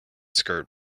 skirt